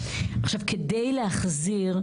כדי להחזיר,